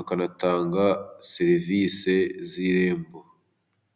akanatanga serivise z'irembo.